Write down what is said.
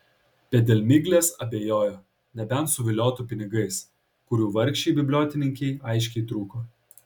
bet dėl miglės abejojo nebent suviliotų pinigais kurių vargšei bibliotekininkei aiškiai trūko